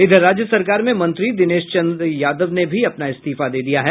इधर राज्य सरकार में मंत्री दिनेश चन्द्र यादव ने भी अपना इस्तीफा दे दिया है